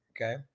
okay